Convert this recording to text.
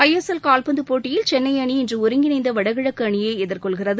ஐ S L கால்பந்து போட்டியில் சென்னை அணி இன்று ஒருங்கிணைந்த வடகிழக்கு அணியை எதிர்கொள்கிறது